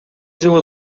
жылы